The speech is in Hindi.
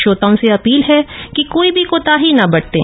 श्रोत ओं से अपील है कि कोई भी कोत ही न बरतें